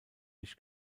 nicht